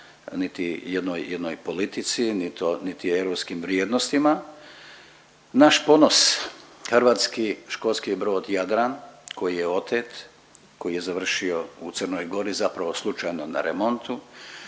jednoj politici niti europskim vrijednostima. Naš ponos hrvatski školski brod Jadran koji je otet koji je završio u Crnoj Gori zapravo slučajno na remontu